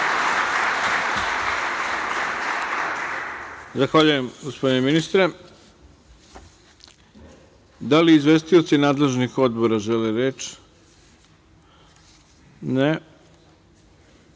Zahvaljujem, gospodine ministre. Da li izvestioci nadležnih odbora žele reč?